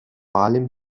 allem